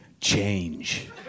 Change